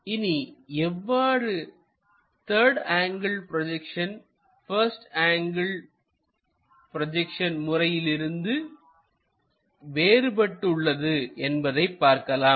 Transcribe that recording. இனி எவ்வாறு third angle projection first angle projection முறையிலிருந்து வேறுபட்டு உள்ளது என்பதை பார்க்கலாம்